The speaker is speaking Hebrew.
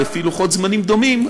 לפי לוחות זמנים דומים,